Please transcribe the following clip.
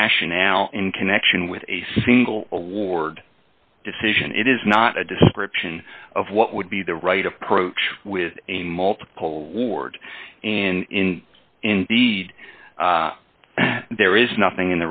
rationale in connection with a single award decision it is not a description of what would be the right approach with a multiple ward and in indeed there is nothing